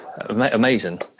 amazing